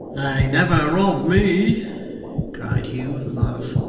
they never rob me cried hugh with a laugh.